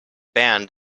banned